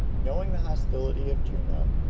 knowing the hostility of juno,